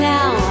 Now